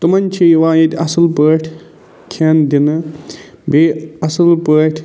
تِمَن چھِ یِوان ییٚتہِ اَصٕل پٲٹھۍ کھیٚن دِنہٕ بیٚیہِ اَصٕل پٲٹھۍ